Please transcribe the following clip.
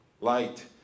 light